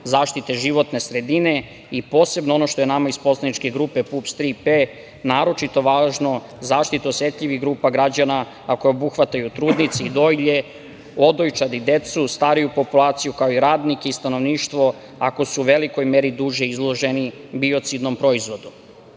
zaštite životne sredine i posebno ono što je nama iz poslaničke grupe PUPS „Tri P“ važno, zaštita osetljivih grupa građana, a koje obuhvataju trudnice i dojilje, odojčad i decu, stariju populaciju, kao i radnike i stanovništvo, ako su u velikoj meri duže izloženi biocidnom proizvodu. Osnovna